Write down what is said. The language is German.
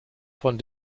von